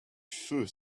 feu